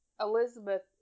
Elizabeth